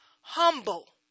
Humble